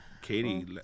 Katie